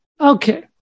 Okay